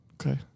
okay